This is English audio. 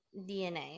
DNA